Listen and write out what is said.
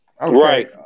Right